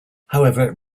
however